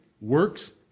works